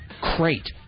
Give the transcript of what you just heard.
crate